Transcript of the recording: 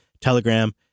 Telegram